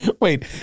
Wait